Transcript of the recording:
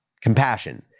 compassion